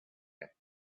that